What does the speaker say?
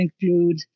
include